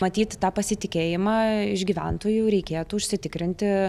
matyt tą pasitikėjimą iš gyventojų reikėtų užsitikrinti